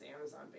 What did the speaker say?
Amazon